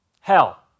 hell